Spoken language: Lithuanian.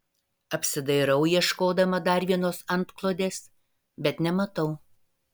apsidairau ieškodama dar vienos antklodės bet nematau